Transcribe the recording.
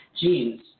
genes